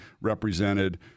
represented